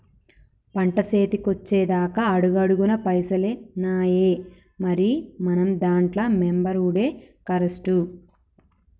పంట సేతికొచ్చెదాక అడుగడుగున పైసలేనాయె, మరి మనం దాంట్ల మెంబరవుడే కరెస్టు